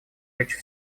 лечь